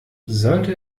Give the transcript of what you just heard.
sollte